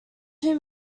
two